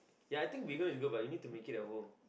ya I think bee-hoon is good but you need to make it at home